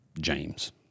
James